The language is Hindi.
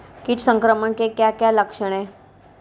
कीट संक्रमण के क्या क्या लक्षण हैं?